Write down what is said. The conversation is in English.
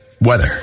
Weather